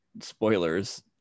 spoilers